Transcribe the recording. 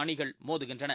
அணிகள் மோதுகின்றன